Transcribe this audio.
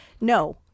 no